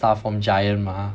stuff from Giant mah